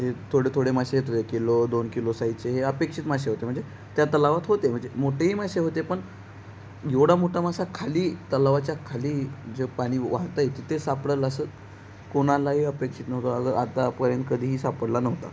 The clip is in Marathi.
हे थोडे थोडे मासे ते किलो दोन किलो साईजचे हे अपेक्षित मासे होते म्हणजे त्या तलावात होते म्हणजे मोठेही मासे होते पण एवढा मोठा मासा खाली तलावाच्या खाली जे पाणी वाहतं आहे तिथे सापडेल असं कोणालाही अपेक्षित नव्हतं आतापर्यंत कधीही सापडला नव्हता